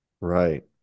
Right